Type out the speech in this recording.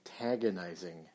antagonizing